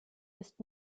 ist